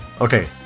Okay